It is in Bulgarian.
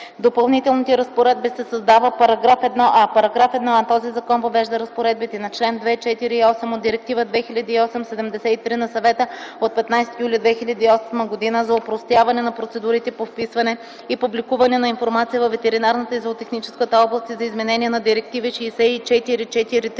Допълнителните разпоредби се създава § 1а: „§1а. Този закон въвежда разпоредбите на чл. 2, 4 и 8 от Директива 2008/73/ЕО на Съвета от 15 юли 2008 г. за опростяване на процедурите по вписване и публикуване на информация във ветеринарната и зоотехническата област и за изменение на директиви